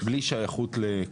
בלי שייכות לקופה.